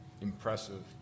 impressive